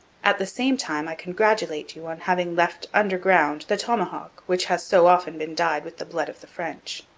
at the same time i congratulate you on having left under ground the tomahawk which has so often been dyed with the blood of the french.